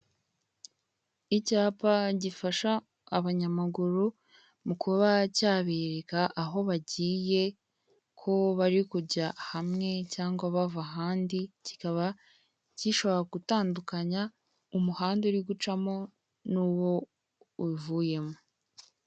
Icyapa gifasha abanyamaguru mu kuba cyabereka aho bagiye, ko bari kujya hamwe cyangwa bava ahandi, kikaba gishobora gutandukanya umuhanda uri gucamo n'uwo uvuyemo.